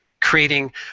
creating